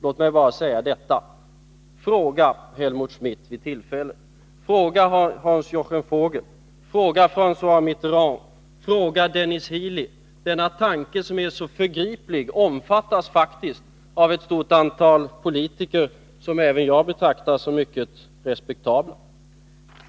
Låt mig bara säga detta: Fråga Helmut Schmidt vid tillfälle! Fråga Hans-Jochen Vogel! Fråga Frangois Mitterrand! Fråga Denis Healey! Denna vår politik, som är så förgriplig, omfattas faktiskt av ett stort antal politiker som även jag betraktar som mycket respektabla.